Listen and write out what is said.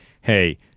hey